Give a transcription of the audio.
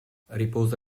riposa